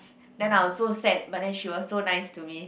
then I was so sad but she also nice to me